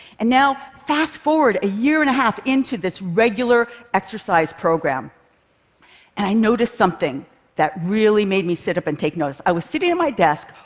and now, fast-forward a year and a half into this regular exercise program and i noticed something that really made me sit up and take notice. i was sitting at my desk,